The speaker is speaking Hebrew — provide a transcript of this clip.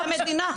זה המדינה.